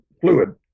fluid